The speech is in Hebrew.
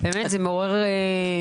באמת זה מעורר הערכה.